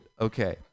okay